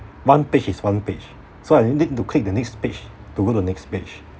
one page is one page so I need to click the next page to go to next page